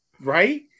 Right